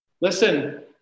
Listen